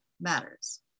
matters